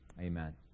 Amen